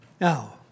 Now